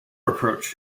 approach